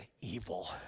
evil